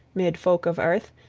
mid folk of earth,